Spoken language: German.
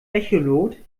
echolot